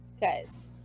Guys